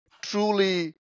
truly